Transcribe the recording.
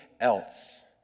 else